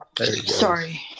Sorry